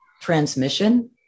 transmission